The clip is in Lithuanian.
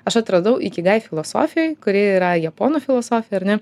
aš atradau ikigai filosofijoj kuri yra japonų filosofija ar ne